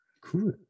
Cool